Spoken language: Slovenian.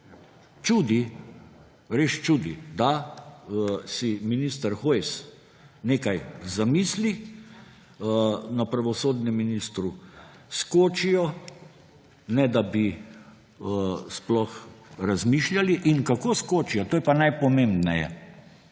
Čudi, res čudi, da si minister Hojs nekaj zamisli in na pravosodnem ministrstvu skočijo, ne da bi sploh razmišljali. In kako skočijo? To je pa najpomembneje